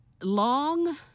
long